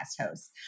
host